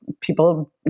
people